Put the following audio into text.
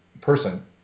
person